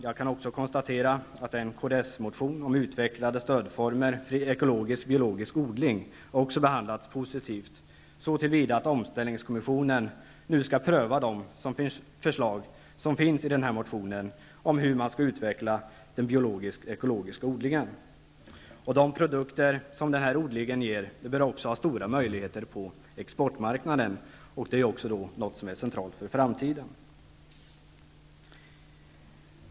Jag kan också konstatera att en Kdsmotion om utvecklade stödformer för ekologiskbiologisk odling också har behandlats positivt, så till vida att omställningskommissionen nu skall pröva de förslag som finns i motionen om hur man skall utveckla den biologisk-ekologiska odlingen. De produkter som odlingen ger bör också ha stora möjligheter på exportmarknaden. Det är något som är centralt för framtiden.